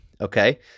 okay